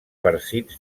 farcits